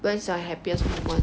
when's your happiest moment